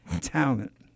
talent